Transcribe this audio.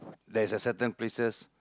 there's a certain places